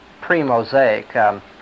pre-Mosaic